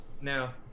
now